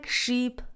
sheep